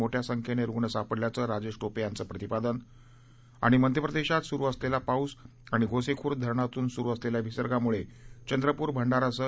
मोठ्या संख्येनं रुग्ण सापडल्याचं राजेश टोपे यांचं प्रतिपादन मध्य प्रदेशात सुरु असलेला पाऊस आणि गोसेखुर्द धरणातून सुरु असलेल्या विसर्गामुळे चंद्रपूर भंडारासह